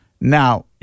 Now